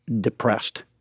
depressed